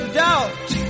doubt